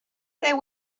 there